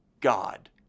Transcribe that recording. God